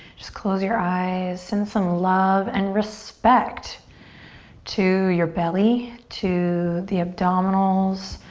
just close your eyes, send some love and respect to your belly, to the abdominals,